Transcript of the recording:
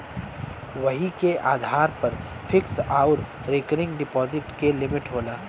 वही के आधार पर फिक्स आउर रीकरिंग डिप्सिट के लिमिट होला